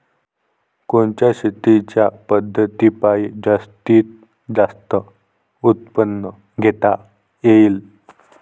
कोनच्या शेतीच्या पद्धतीपायी जास्तीत जास्त उत्पादन घेता येईल?